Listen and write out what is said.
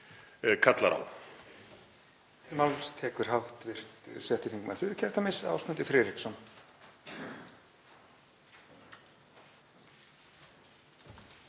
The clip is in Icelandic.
kallar á.